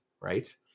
right